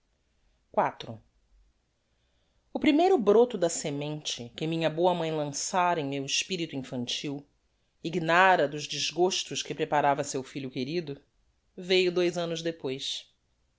iv o primeiro broto da semente que minha boa mãe lançara em meu espirito infantil ignara dos desgostos que preparava á seu filho querido veio dois annos depois